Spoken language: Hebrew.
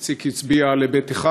איציק הצביע על היבט אחד,